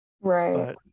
right